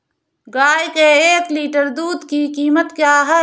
गाय के एक लीटर दूध की कीमत क्या है?